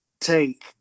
take